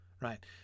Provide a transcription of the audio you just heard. right